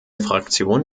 fraktion